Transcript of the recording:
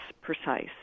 precise